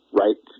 right